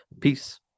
peace